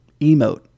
emote